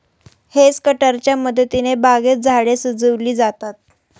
hedge कटरच्या मदतीने बागेत झाडे सजविली जातात